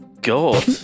god